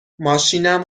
ماشینم